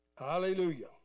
Hallelujah